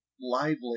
lively